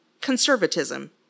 conservatism